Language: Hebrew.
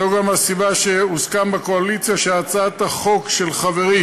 זו גם הסיבה לכך שהוסכם בקואליציה שהצעת החוק של חברי